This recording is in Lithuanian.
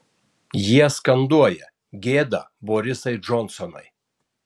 jie skanduoja gėda borisai džonsonai